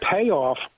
payoff